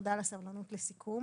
תודה על הסבלנות לסיכום.